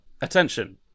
Attention